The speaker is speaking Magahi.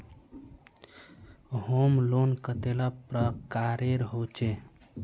होम लोन कतेला प्रकारेर होचे?